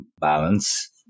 balance